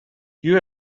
you